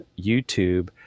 YouTube